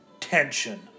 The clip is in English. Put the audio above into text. tension